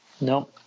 no